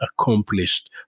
accomplished